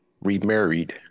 remarried